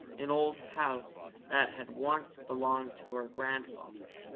an old house that had once belonged to her grandfather.